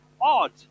odd